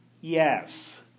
Yes